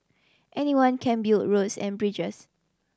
anyone can build roads and bridges